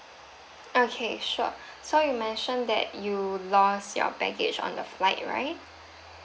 okay sure so you mentioned that you lost your baggage on the flight right